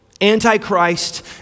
Anti-Christ